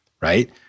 right